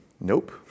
Nope